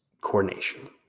coordination